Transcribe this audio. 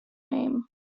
name